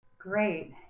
great